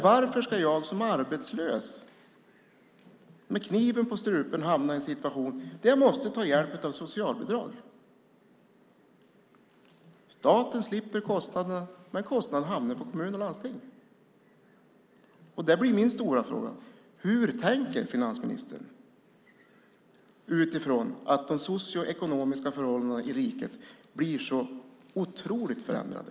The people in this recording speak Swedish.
Varför ska jag som arbetslös med kniven på strupen hamna i en situation där jag måste ta hjälp i form av socialbidrag? Staten slipper kostnaden. Kostnaden hamnar på kommun och landsting. Min stora fråga är därför: Hur tänker finansministern utifrån att de socioekonomiska förhållandena i riket blir så oerhört förändrade?